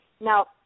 Now